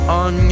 on